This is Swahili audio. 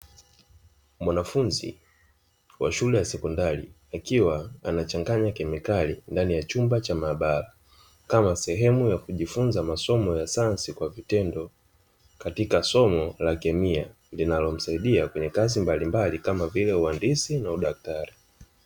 Mwanafunzi wa shule ya sekondari, akiwa anachanganya kemikali ndani ya chumba cha maabara, kama sehemu ya kujifunza masomo ya sayansi kwa vitendo katika somo la kemia linalomsaidia kwenye kazi mbalimbali, kama vile uhandisi na udaktari.